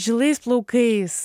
žilais plaukais